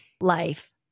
life